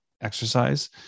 exercise